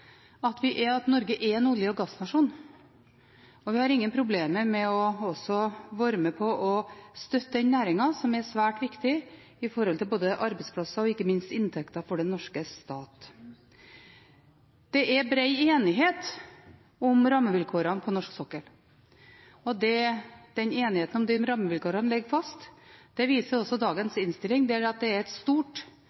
at Norge er en olje- og gassnasjon. Vi har ingen problemer med å være med på å støtte den næringen som er svært viktig, både når det gjelder arbeidsplasser og – ikke minst – når det gjelder inntekter til den norske stat. Det er bred enighet om rammevilkårene på norsk sokkel. Den enigheten om rammevilkårene ligger fast. Det viser også